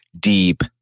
deep